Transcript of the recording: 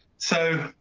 so,